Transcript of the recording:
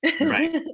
right